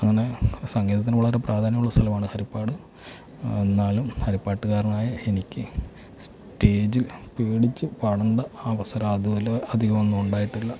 അങ്ങനെ സംഗീതത്തിന് വളരെ പ്രാധാന്യമുള്ള സ്ഥലമാണ് ഹരിപ്പാട് എന്നാലും ഹരിപ്പാട്ടുകാരനായ എനിക്ക് സ്റ്റേജ് പേടിച്ച് പാടേണ്ട അവസരം അതുപോലെ അധികമൊന്നും ഉണ്ടായിട്ടില്ല